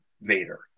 Vader